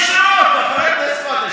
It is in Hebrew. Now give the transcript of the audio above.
חבר הכנסת סמוטריץ',